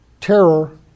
terror